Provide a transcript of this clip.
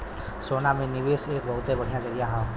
सोना में निवेस एक बहुते बढ़िया जरीया हौ